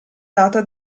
data